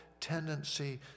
tendency